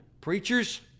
preachers